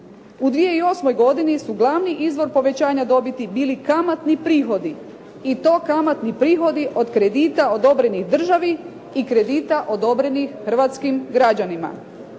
u 2008. godini su glavni izvor povećanja dobiti bili kamatni prihodi. I to kamatni prihodi od kredita odobrenih državi i kredita odobrenih hrvatskim građanima,